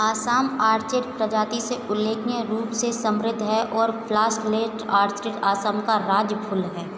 Assam orchid प्रजाति से उल्लेखनीय रूप से समृद्ध है और फ्लासलेट ऑर्चिड असम का राज्य फूल है